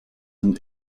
and